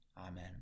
Amen